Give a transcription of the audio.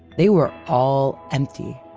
they were all empty.